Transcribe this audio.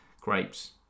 grapes